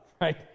Right